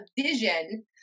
vision